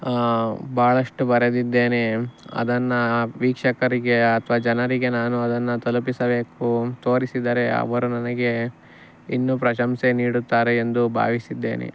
ಭಾಳಷ್ಟು ಬರೆದಿದ್ದೇನೆ ಅದನ್ನು ವೀಕ್ಷಕರಿಗೆ ಅಥ್ವಾ ಜನರಿಗೆ ನಾನು ಅದನ್ನು ತಲುಪಿಸಬೇಕು ತೋರಿಸಿದರೆ ಅವರು ನನಗೆ ಇನ್ನೂ ಪ್ರಶಂಸೆ ನೀಡುತ್ತಾರೆ ಎಂದು ಭಾವಿಸಿದ್ದೇನೆ